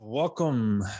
Welcome